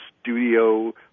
studio